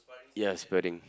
yes spider ring